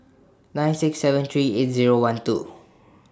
nine six seven three eight Zero one two